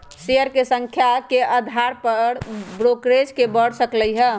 share के संख्या के अधार पर ब्रोकरेज बड़ सकलई ह